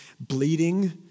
Bleeding